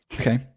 Okay